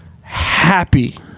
happy